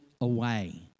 away